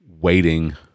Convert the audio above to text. waiting